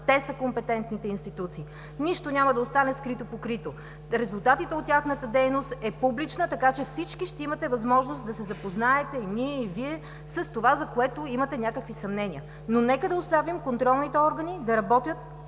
те са компетентните институции. Нищо няма да остане скрито-покрито. Резултатът от тяхната дейност е публичен, така че всички ще имате възможност да се запознаете – и ние, и Вие, с това, за което имате някакви съмнения. Но нека да оставим контролните органи да работят